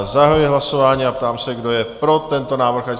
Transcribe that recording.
Zahajuji hlasování a ptám se, kdo je pro tento návrh?